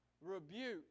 rebuke